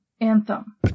anthem